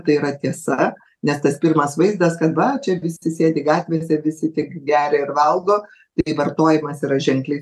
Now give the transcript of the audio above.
tai yra tiesa nes tas pirmas vaizdas kad va čia visi sėdi gatvėse visi tik geria ir valgo tai vartojimas yra ženkliai